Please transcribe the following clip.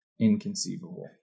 inconceivable